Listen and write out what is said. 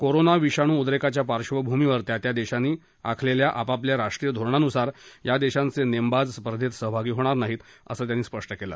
corona विषाणु उद्रेकाच्या पार्श्वभूमीवर त्या त्या देशांनी आखलेल्या आपापल्या राष्ट्रीय धोरणानुसार या देशांचे नेमबाज स्पर्धेत सहभागी होणार नाहीत असं त्यांनी स्पष्ट केलं